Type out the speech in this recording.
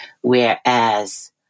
whereas